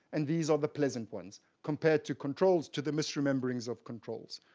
and these are the pleasant ones, compared to controls to the misrememberings of controls.